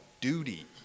duty